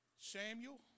Samuel